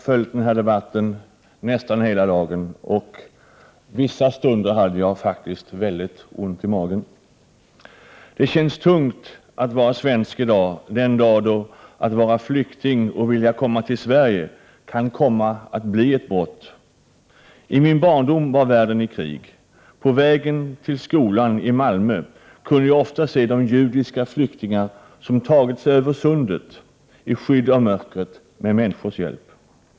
Herr talman! Jag har följt den här debatten nästan hela dagen, och vissa stunder har jag faktiskt haft ont i magen. Det känns tungt att vara svensk i dag, den dag då det kan komma att bli ett brott att vara flykting och vilja komma till Sverige. I min barndom var världen i krig. På vägen till skolan i Malmö kunde jag ofta se de judiska flyktingar som tagit sig över Sundet i skydd av mörkret med människors hjälp.